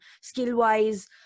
skill-wise